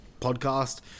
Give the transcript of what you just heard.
podcast